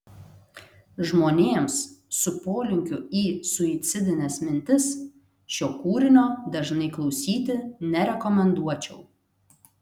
žmonėms su polinkiu į suicidines mintis šio kūrinio dažnai klausyti nerekomenduočiau